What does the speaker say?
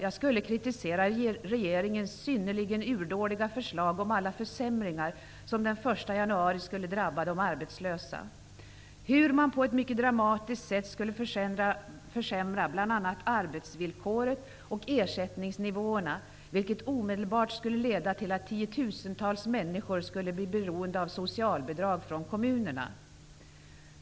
Jag hade tänkt kritisera regeringens synnerligen urdåliga förslag om alla försämringar som den 1 januari 1994 skulle drabba de arbetslösa och hur man på ett mycket dramatiskt sätt skulle försämra bl.a. arbetsvillkoret och ersättningsnivåerna, vilket omedelbart skulle leda till att tiotusentals människor skulle bli beroende av socialbidrag från kommunerna.